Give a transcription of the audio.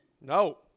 no